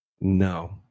No